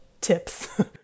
tips